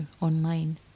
online